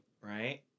Right